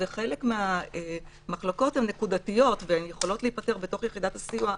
וחלק מהמחלוקות הן נקודתיות והן יכולות להיפתר בתוך יחידת הסיוע,